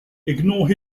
ignore